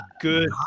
good